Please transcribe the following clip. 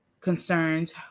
concerns